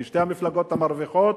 כי שתי המפלגות המרוויחות,